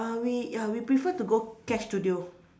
uh we ya we prefer to go cash studio